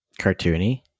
Cartoony